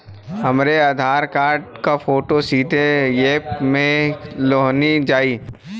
हमरे आधार कार्ड क फोटो सीधे यैप में लोनहो जाई?